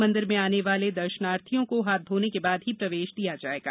मंदिर में आने वाले दर्शनार्थियों को हाथ धोने के बाद ही प्रवेश दिया जाएगा